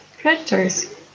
Predators